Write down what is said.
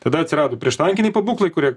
tada atsirado prieštankiniai pabūklai kurie